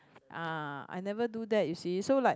ah I never do that you see so like